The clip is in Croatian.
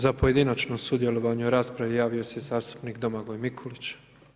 Za pojedinačno sudjelovanje u raspravi javio se zastupnik Domagoj Mikulić.